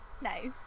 Nice